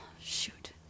shoot